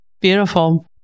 Beautiful